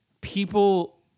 people